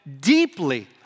deeply